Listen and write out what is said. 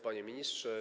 Panie Ministrze!